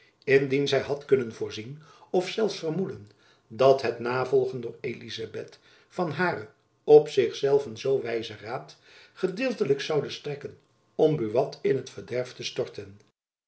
indien zy had kunnen voorzien of zelfs vermoeden dat het navolgen door elizabeth van haren op zich zelven zoo wijzen raad gedeeltelijk zoude strekken om buat in t verderf te storten